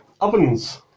ovens